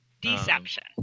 Deception